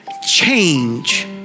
Change